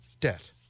debt